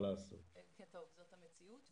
זאת המציאות.